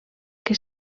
que